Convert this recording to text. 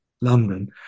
London